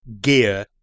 Gear